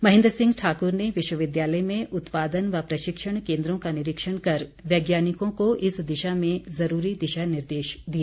महेन्द्र सिंह ठाक्र ने विश्वविद्यालय में उत्पादन व प्रशिक्षण केन्द्रों का निरीक्षण कर वैज्ञानिकों को इस दिशा में ज़रूरी दिशा निर्देश दिए